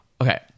Okay